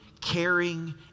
caring